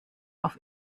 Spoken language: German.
auf